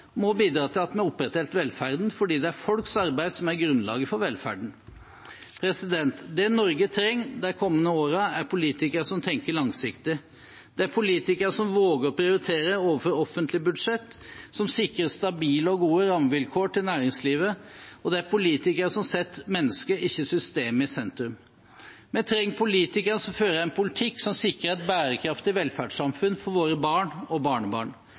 må bidra til at vi opprettholder velferden, fordi det er folks arbeid som er grunnlaget for velferden. Det Norge trenger de kommende årene, er politikere som tenker langsiktig. Det er politikere som våger å prioritere overfor offentlige budsjetter, som sikrer stabile og gode rammevilkår til næringslivet, og det er politikere som setter mennesket, ikke systemet, i sentrum. Vi trenger politikere som fører en politikk som sikrer et bærekraftig velferdssamfunn for våre barn og barnebarn.